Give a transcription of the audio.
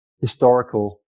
historical